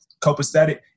copacetic